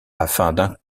afin